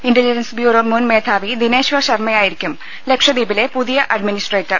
ഇന്റ legends bureau മുൻ മേധാവി ദിനേശ്വർ ശർമയായിരിക്കും ലക്ഷദ്വീപിലെ പുതിയ അഡ്മിനിസ്ട്രേറ്റർ